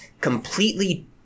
completely